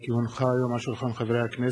כי הונחו היום על שולחן הכנסת,